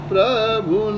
Prabhu